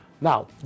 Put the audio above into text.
Now